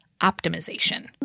optimization